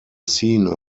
seen